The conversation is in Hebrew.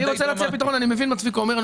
אני מבין את מה שצביקה אומר.